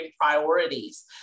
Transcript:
priorities